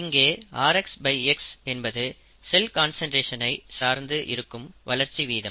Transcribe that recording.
இங்கே rx பை x என்பது செல் கான்சன்ட்ரேஷன் ஐ சார்ந்து இருக்கும் வளர்ச்சி வீதம்